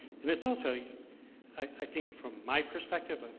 and it's also i think from my perspective,